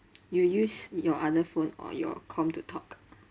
you use your other phone or your comp to talk